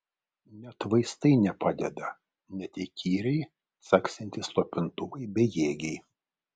net vaistai nepadeda net įkyriai caksintys slopintuvai bejėgiai